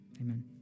amen